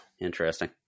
interesting